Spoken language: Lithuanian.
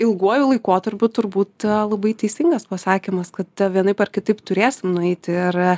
ilguoju laikotarpiu turbūt labai teisingas pasakymas kad vienaip ar kitaip turėsim nueiti ir